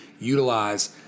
utilize